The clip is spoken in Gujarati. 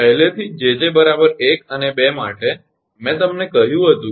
પહેલેથી જ 𝑗𝑗 1 અને 2 માટે મેં તમને કહ્યું હતું